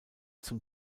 zum